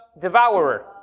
devourer